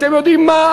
אתם יודעים מה,